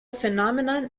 phenomenon